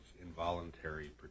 involuntary